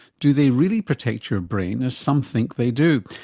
do they really protect your brain as some think they do?